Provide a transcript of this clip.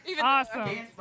Awesome